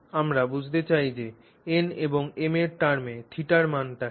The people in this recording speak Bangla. আমরা বুঝতে চাই যে n এবং m এর টার্মে θ র মানটি কী